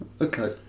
Okay